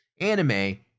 anime